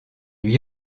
lui